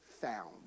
found